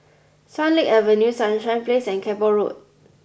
Swan Lake Avenue Sunshine Place and Keppel Road